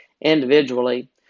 individually